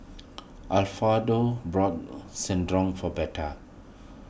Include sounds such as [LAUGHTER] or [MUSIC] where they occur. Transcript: [UNINTELLIGIBLE] bought [UNINTELLIGIBLE] for Betha